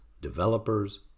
developers